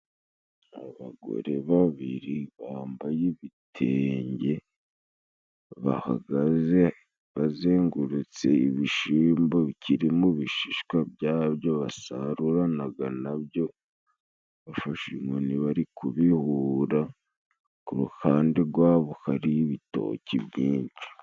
Abagore babiri bambaye ibitenge. Bahagaze bazengurutse ibishimbo bikiri mu bishishwa byabyo basaruranaga nabyo, bafashe inkoni bari kubihura. Ku ruhande gwabo hari ibitoki byinshi.